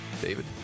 David